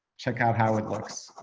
check out how it looks.